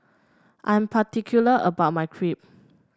I'm particular about my Crepe